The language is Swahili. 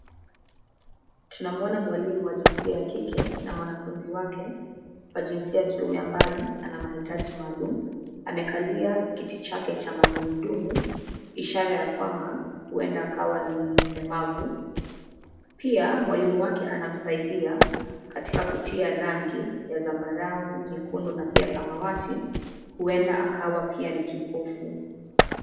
Tunamuona mwalimu wa jinsia ya kike, na mwanafunzi wake kwa jinsia ya kiume, ambaye ana mahitaji maalum. Amekalia kiti chake cha magurudumu, ishara ya kwamba huenda akawa ni mlemavu. Pia, mwalimu wake anamsaidia katika kutia rangi ya zambarau, nyekundu na pia samawati. Huenda akawa pia ni kipofu.